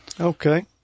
Okay